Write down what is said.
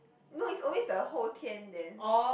no it's always the 后天 then